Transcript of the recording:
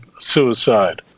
suicide